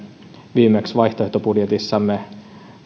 viimeksi vaihtoehtobudjetissamme